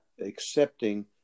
accepting